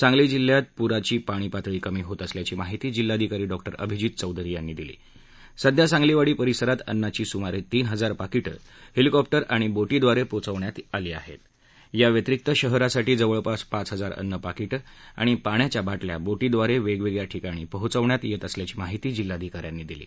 सांगली जिल्ह्यात पुराची पाणी पातळी कमी होत असल्याची माहिती जिल्हाधिकारी डॉ अभिजीत चौधरी यांनी दिली आह सध्या सांगलीवाडी परिसरात अन्नाची सुमारत्रीन हजार पाकिटडिलिकॉप्टर आणि बोटीव्दारप्रीहोचवण्यात आली आहत या व्यतिरिक्त शहरासाठी जवळपास पाच हजार अन्न पाकिटश्राणि पाण्याच्या बाटल्या बोटीव्दारक्रिकिया ठिकाणी पोहोचवण्यात यतअसल्याची माहिती जिल्हाधिकाऱ्यांनी दिली